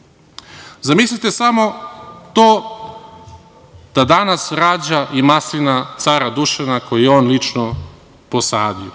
uradi. Zamislite samo to da danas rađa i maslina cara Dušana koju je on lično posadio.